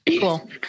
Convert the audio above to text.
Cool